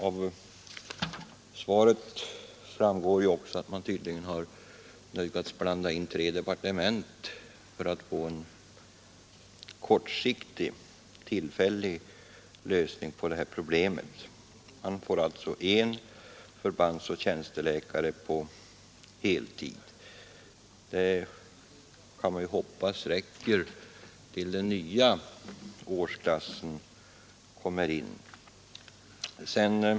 Av svaret framgår ju att man nödgats engagera tre departement för att få en kortsiktig lösning av detta problem. Man får alltså en förbandsoch tjänsteläkare på heltid. Man kan hoppas att detta räcker till dess att den nya årsklassen rycker in.